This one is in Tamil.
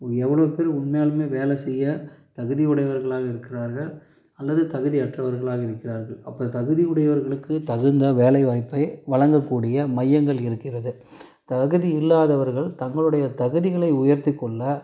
எவ்வளோ பேர் உண்மையாலும் வேலை செய்ய தகுதி உடையவர்களாக இருக்கிறார்கள் அல்லது தகுதியற்றவர்களாக இருக்கிறார்கள் அப்போ தகுதி உடையவர்களுக்கு தகுந்த வேலை வாய்ப்பை வழங்கக்கூடிய மையங்கள் இருக்கிறது தகுதி இல்லாதவர்கள் தங்களுடைய தகுதிகளை உயர்த்திக்கொள்ள